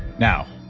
now,